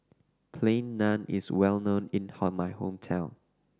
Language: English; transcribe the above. Plain Naan is well known in my hometown